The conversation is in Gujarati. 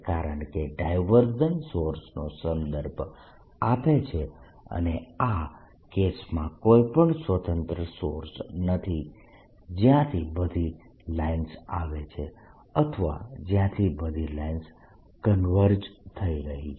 કારણકે ડાયવર્જન્સ સોર્સ નો સંદર્ભ આપે છે અને આ કેસમાં કોઈ પણ સ્વતંત્ર સોર્સ નથી જ્યાંથી બધી લાઇન્સ આવે છે અથવા જ્યાંથી બધી લાઇન્સ કન્વર્જ થઈ રહી છે